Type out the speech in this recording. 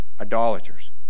idolaters